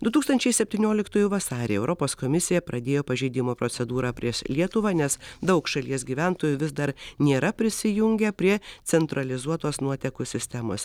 du tūkstančiai septynioliktųjų vasarį europos komisija pradėjo pažeidimo procedūrą prieš lietuvą nes daug šalies gyventojų vis dar nėra prisijungę prie centralizuotos nuotekų sistemos